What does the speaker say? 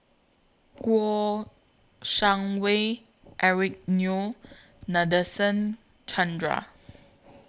Kouo Shang Wei Eric Neo Nadasen Chandra